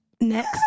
next